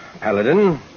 Paladin